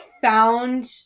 found